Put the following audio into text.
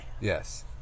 Yes